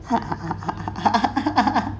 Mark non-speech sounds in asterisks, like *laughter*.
*laughs*